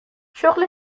شغل